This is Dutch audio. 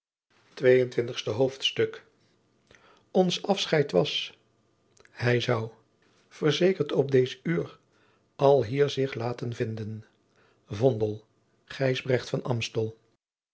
tweeëntwintigste hoofdstuk ons afscheit was hij zou verzeker op dees uur alhier zich laten vinden v